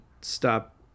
stop